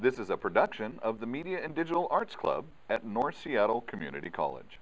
that is the production of the media and digital arts club at north seattle community college